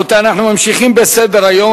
אנחנו ממשיכים בסדר-היום,